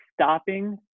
stopping